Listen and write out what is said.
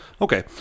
Okay